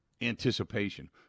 anticipation